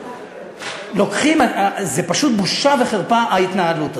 זה פשוט בושה וחרפה, ההתנהלות הזאת.